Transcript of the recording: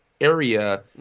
area